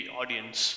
audience